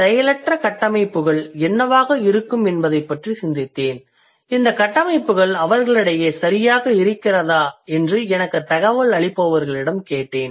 செயலற்ற கட்டமைப்புகள் என்னவாக இருக்கும் என்பதைப் பற்றி சிந்தித்தேன் இந்தக் கட்டமைப்புகள் அவர்களிடையே சரியாக இருக்கிறதா என்று எனக்கு தகவலளிப்பவர்களிடம் கேட்டேன்